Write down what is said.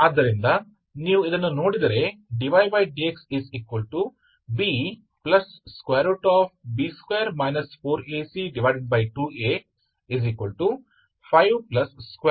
ಆದ್ದರಿಂದ ನೀವು ಇದನ್ನು ನೋಡಿದರೆ dydxBB2 4AC2A 552 4